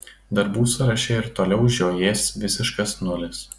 darbų sąraše ir toliau žiojės visiškas nulis